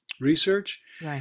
research